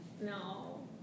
No